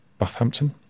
Bathampton